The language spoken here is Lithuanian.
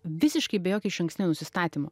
visiškai be jokio išankstinio nusistatymo